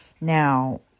Now